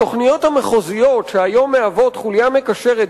התוכניות המחוזיות שהיום מהוות חוליה מקשרת